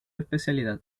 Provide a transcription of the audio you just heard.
especialidad